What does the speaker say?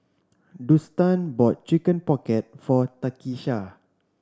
Dustan bought Chicken Pocket for Takisha